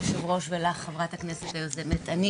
ולך, חברת הכנסת היוזמת את הדיון.